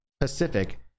pacific